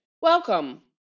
welcome